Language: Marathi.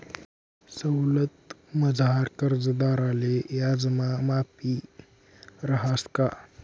सवलतमझार कर्जदारले याजमा माफी रहास का?